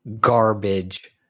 garbage